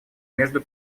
между